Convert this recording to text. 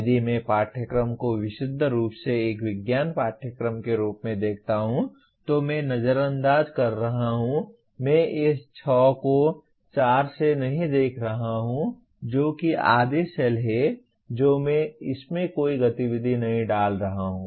यदि मैं पाठ्यक्रम को विशुद्ध रूप से एक विज्ञान पाठ्यक्रम के रूप में देखता हूं तो मैं नजरअंदाज कर रहा हूं मैं इस 6 को 4 से नहीं देख रहा हूं जो कि आधे सेल हैं जो मैं इसमें कोई गतिविधि नहीं डाल रहा हूं